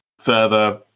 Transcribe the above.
further